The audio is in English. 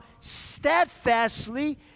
steadfastly